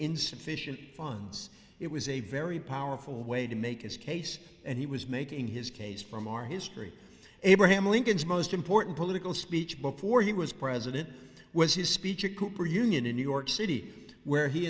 insufficient funds it was a very powerful way to make his case and he was making his case from our history abraham lincoln's most important political speech before he was president was his speech at cooper union in new york city where he